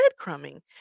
breadcrumbing